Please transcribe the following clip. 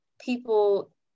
people